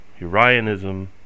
Urianism